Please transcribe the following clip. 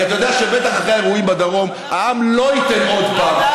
כי אתה יודע שבטח אחרי האירועים בדרום העם לא ייתן עוד פעם,